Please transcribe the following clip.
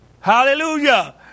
Hallelujah